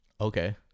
Okay